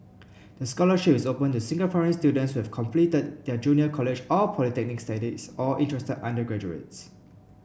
the scholarship is open to Singaporean students who have completed their junior college or polytechnic studies or interested undergraduates